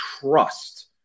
trust